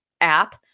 app